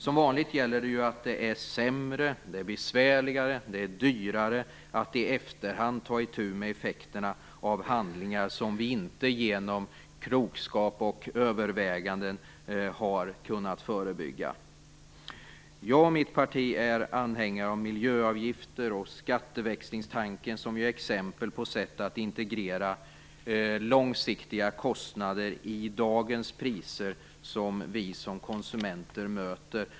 Som vanligt gäller att det är sämre, besvärligare och dyrare att i efterhand ta itu med effekterna av handlingar som vi inte genom klokskap och överväganden har kunnat förebygga. Jag och mitt parti är anhängare av miljöavgifter. Skattväxlingstanken är ett exempel på sätt att integrera långsiktiga kostnader i dagens priser som vi som konsumenter möter.